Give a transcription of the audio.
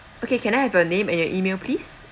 okay can I have your name and your email please